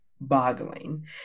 boggling